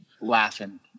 laughing